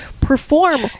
perform